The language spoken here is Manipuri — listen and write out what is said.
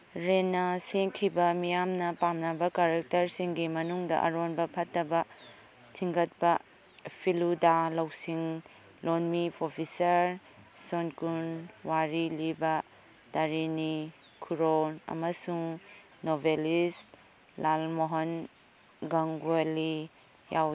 ꯔꯦꯟꯅ ꯁꯦꯝꯈꯤꯕ ꯃꯤꯌꯥꯝꯅ ꯄꯥꯝꯅꯕ ꯀꯔꯦꯛꯇꯔꯁꯤꯡꯒꯤ ꯃꯅꯨꯡꯗ ꯑꯔꯣꯟꯕ ꯐꯠꯇꯕ ꯊꯤꯡꯒꯠꯄ ꯐꯤꯂꯨꯗꯥ ꯂꯧꯁꯤꯡ ꯂꯣꯟꯃꯤ ꯄ꯭ꯔꯣꯐꯤꯁꯔ ꯁꯣꯟ ꯀꯨꯔꯟ ꯋꯥꯔꯤ ꯂꯤꯕ ꯇꯔꯤꯅꯤ ꯈꯨꯔꯣ ꯑꯃꯁꯨꯡ ꯅꯣꯚꯦꯂꯤꯁ ꯂꯥꯜꯃꯣꯍꯟ ꯒꯥꯡꯒ꯭ꯋꯦꯂꯤ ꯌꯥꯎꯏ